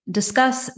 discuss